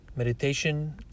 meditation